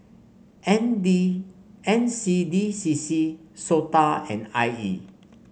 N D N C D C C SOTA and I E